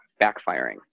backfiring